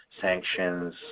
sanctions